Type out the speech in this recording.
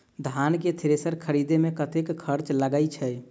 धान केँ थ्रेसर खरीदे मे कतेक खर्च लगय छैय?